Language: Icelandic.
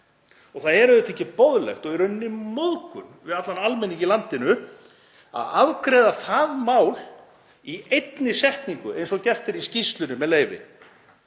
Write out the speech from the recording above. Það er auðvitað ekki boðlegt og í rauninni móðgun við allan almenning í landinu að afgreiða það mál í einni setningu eins og gert er í skýrslunni, með leyfi: